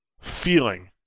feeling